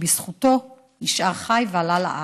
ובזכותו נשאר חי ועלה לארץ.